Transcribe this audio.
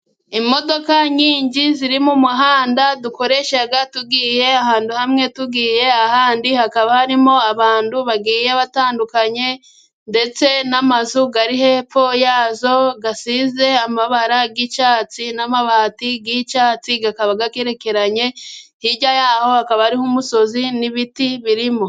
Imodoka nyishi ziri mu muhanda dukoresha tugiye ahantu hamwe, tugiye ahandi hakaba harimo abantu bagiye batandukanye, ndetse n'amazu ari hepfo yazo asize amabara y'icyatsi n'amabati y'icyatsi, akaba akerekeranye hirya yaho hakaba ari nk'umusozi n'ibiti birimo.